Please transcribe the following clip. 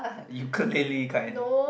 ukulele kind